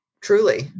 Truly